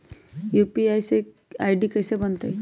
UPI के ID कैसे बनतई?